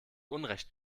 unrecht